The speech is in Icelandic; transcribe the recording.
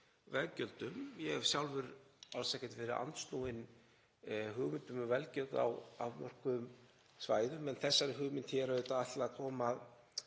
veggjöldum. Ég hef sjálfur alls ekkert verið andsnúinn hugmyndum um veggjöld á afmörkuðum svæðum en þessari hugmynd hér er auðvitað ætlað að koma